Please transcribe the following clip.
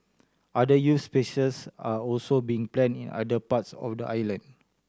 other youth spacious are also being planned in other parts of the island